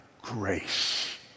Grace